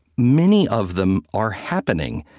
many of them are happening,